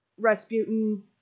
Rasputin